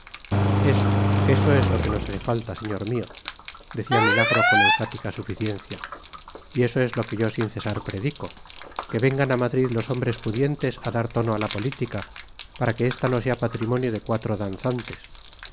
eso eso es lo que nos hace falta señor mío decía milagro con enfática suficiencia y eso es lo que yo sin cesar predico que vengan a madrid los hombres pudientes a dar tono a la política para que esta no sea patrimonio de cuatro danzantes